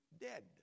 dead